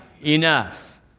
enough